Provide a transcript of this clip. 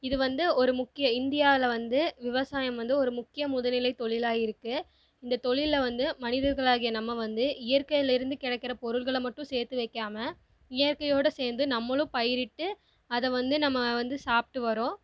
இது வந்து ஒரு முக்கிய இந்தியாவில் வந்து விவசாயம் வந்து ஒரு முக்கிய முதல் நிலை தொழிலாக இருக்குது இந்த தொழிலில் வந்து மனிதர்களாகிய நம்ம வந்து இயற்கையில் இருந்து கிடைக்குற பொருள்கள மட்டும் சேர்த்து வைக்காமல் இயற்கையோடு சேர்ந்து நம்மளும் பயிரிட்டு அதை வந்து நம்ம வந்து சாப்பிட்டு வரோம்